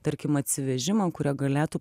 tarkim atsivežimą kurie galėtų